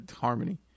harmony